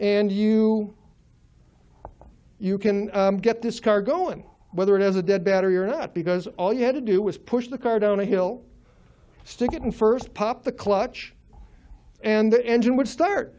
and you you can get this cargo and whether it has a dead battery or not because all you had to do was push the car down a hill stick it in first pop the clutch and the engine would start